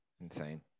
Insane